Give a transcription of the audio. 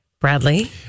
Bradley